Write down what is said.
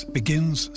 begins